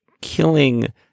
killing